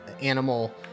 animal